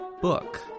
book